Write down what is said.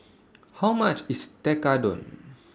How much IS Tekkadon